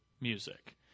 music